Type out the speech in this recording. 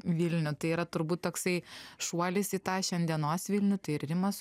vilnių tai yra turbūt toksai šuolis į tą šiandienos vilnių tai rimas